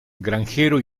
granjero